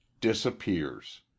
disappears